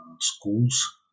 schools